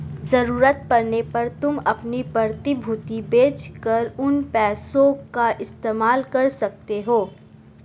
ज़रूरत पड़ने पर तुम अपनी प्रतिभूति बेच कर उन पैसों का इस्तेमाल कर सकते हो